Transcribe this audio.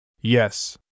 Yes